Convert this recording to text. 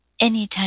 Anytime